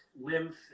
lymph